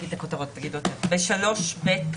אפשר יהיה לשלב את